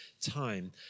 time